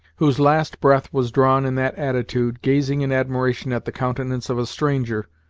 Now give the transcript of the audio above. whose last breath was drawn in that attitude, gazing in admiration at the countenance of a stranger,